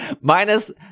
Minus